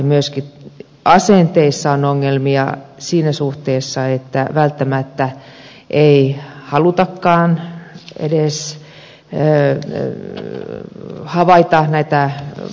myöskin asenteissa on ongelmia siinä suhteessa että välttämättä ei halutakaan edes havaita näitä kosteusvaurioita